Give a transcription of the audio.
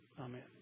Amen